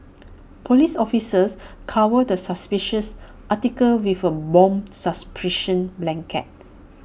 Police officers covered the suspicious article with A bomb suppression blanket